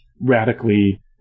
radically